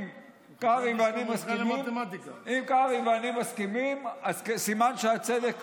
אם קרעי ואני מסכימים, אז סימן שהצדק,